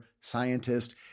scientist